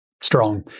strong